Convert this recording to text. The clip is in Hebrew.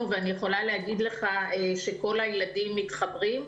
שאני יכול להגיד לך שכל הילדים מתחברים,